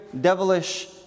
devilish